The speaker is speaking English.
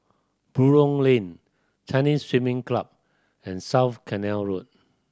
Buroh Lane Chinese Swimming Club and South Canal Road